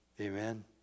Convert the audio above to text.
Amen